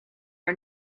are